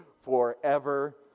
forever